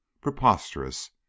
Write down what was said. PREPOSTEROUS